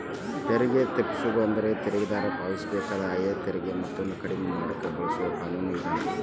ತೆರಿಗೆ ತಪ್ಪಿಸೋದು ಅಂದ್ರ ತೆರಿಗೆದಾರ ಪಾವತಿಸಬೇಕಾದ ಆದಾಯ ತೆರಿಗೆ ಮೊತ್ತವನ್ನ ಕಡಿಮೆ ಮಾಡಕ ಬಳಸೊ ಕಾನೂನು ವಿಧಾನ